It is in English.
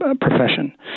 profession